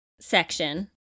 section